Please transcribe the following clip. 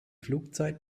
flugzeit